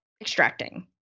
extracting